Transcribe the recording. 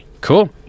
Cool